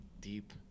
deep